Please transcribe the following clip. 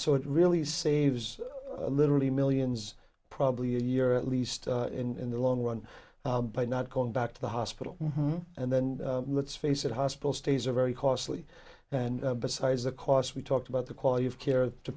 so it really saves literally millions probably a year at least in the long run by not going back to the hospital and then let's face it hospital stays are very costly and besides the costs we talked about the quality of care to